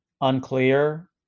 unclear